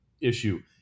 issue